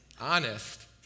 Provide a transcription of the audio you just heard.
honest